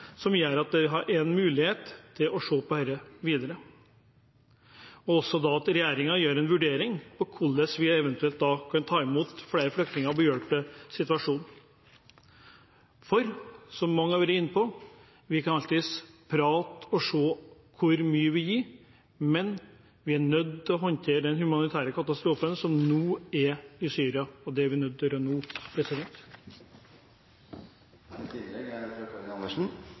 gjør en vurdering av hvordan vi eventuelt kan ta imot flere flyktninger og behjelpe situasjonen. Som mange har vært inne på, kan vi alltids prate om og se på hvor mye vi vil gi, men vi er nødt til å håndtere den humanitære katastrofen som nå er i Syria. Og det er vi nødt til å gjøre nå. Jeg var akkurat inne på UNHCRs hjemmeside, og der står det at det nå er